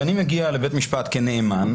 כשאני מגיע לבית משפט כנאמן,